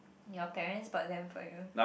your parents bought them for you